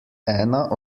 ena